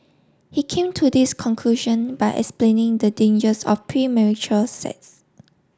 he came to this conclusion by explaining the dangers of premarital sex